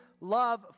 love